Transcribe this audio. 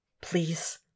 Please